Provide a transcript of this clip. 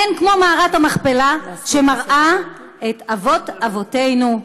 אין כמו מערת המכפלה שמראה את אבות אבותינו,